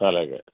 అలాగే